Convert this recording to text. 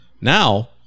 Now